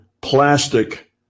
plastic